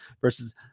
versus